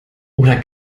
oder